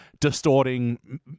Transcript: distorting